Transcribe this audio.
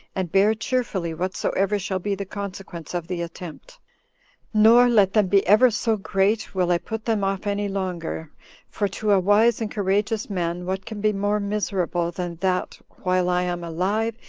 and bear cheerfully whatsoever shall be the consequence of the attempt nor, let them be ever so great, will i put them off any longer for, to a wise and courageous man, what can be more miserable than that, while i am alive,